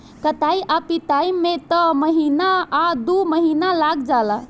कटाई आ पिटाई में त महीना आ दु महीना लाग जाला